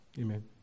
Amen